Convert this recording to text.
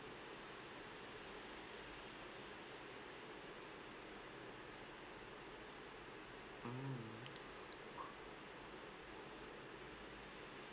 mm